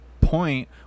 point